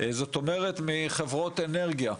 זאת אומרת מחברות אנרגיה.